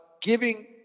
giving